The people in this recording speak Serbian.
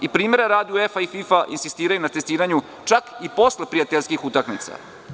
Primera radi UEFA i FIFA insistiraju na testiranju čak i posle prijateljskih utakmica.